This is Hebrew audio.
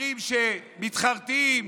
אסירים שמתחרטים,